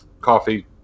coffee